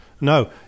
No